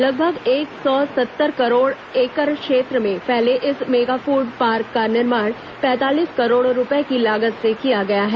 लगभग एक सौ सत्तर एकड़ क्षेत्र में फैले इस मेगाफूड पार्क का निर्माण पैंतालीस करोड़ रूपए की लागत से किया गया है